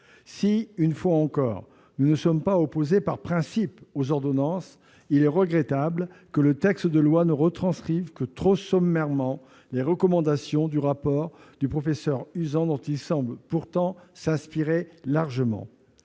Si, une fois encore, nous ne sommes pas opposés par principe aux ordonnances, il est regrettable que le texte de loi ne retranscrive que trop sommairement les recommandations du rapport du professeur Uzan, dont il semble pourtant s'inspirer largement.